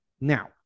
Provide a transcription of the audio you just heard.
Now